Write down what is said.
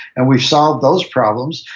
and we solve those problems,